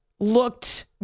Looked